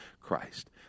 Christ